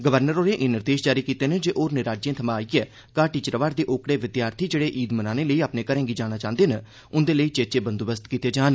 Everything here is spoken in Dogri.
गवर्नर होरें एह् निर्देश जारी कीते न जे होरनें राज्यें थमां आइयै घाटी च रवा'रदे ओकड़े विद्यार्थी जेहड़े ईद मनाने लेई अपने घरें गी जाना चांहदे न उंदे लेई चेचे बंदोबस्त कीते जान